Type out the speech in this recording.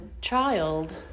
child